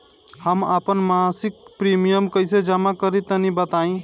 हम आपन मसिक प्रिमियम कइसे जमा करि तनि बताईं?